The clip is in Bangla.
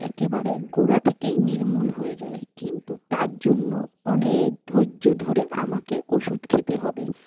একেবারে গোড়া থেকেই নির্মূল হয়ে যায় কিন্তু তার জন্য অনেক ধৈর্য ধরে আমাকে ওষুধ খেতে হবে